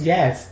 Yes